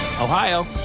Ohio